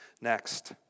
Next